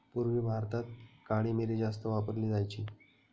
पूर्वी भारतात काळी मिरी जास्त वापरली जायची